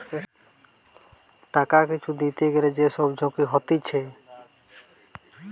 টাকা কিছু দিতে গ্যালে যে সব ঝুঁকি হতিছে